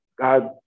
God